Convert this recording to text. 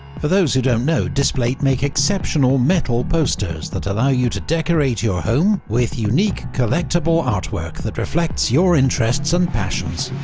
for those who don't know, displate make exceptional metal posters, that allow you to decorate your home with unique, collectible artwork that reflects your interests and passions.